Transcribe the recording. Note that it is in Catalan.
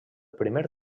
primer